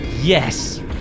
Yes